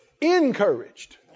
encouraged